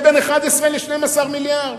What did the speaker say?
יפנה בין 11 ל-12 מיליארד.